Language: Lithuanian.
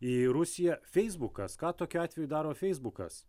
į rusiją feisbukas ką tokiu atveju daro feisbukas